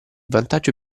vantaggio